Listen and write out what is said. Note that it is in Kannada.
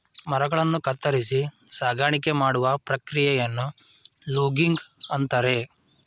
ಮರಗಳನ್ನು ಕತ್ತರಿಸಿ ಸಾಗಾಣಿಕೆ ಮಾಡುವ ಪ್ರಕ್ರಿಯೆಯನ್ನು ಲೂಗಿಂಗ್ ಅಂತರೆ